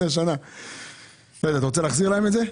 לא יודע, אתה רוצה להחזיר להם את זה...